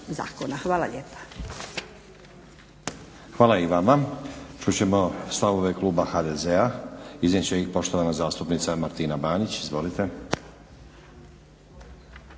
Hvala i vama.